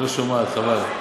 היא לא שומעת, חבל.